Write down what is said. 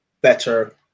better